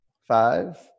Five